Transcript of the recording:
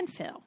landfill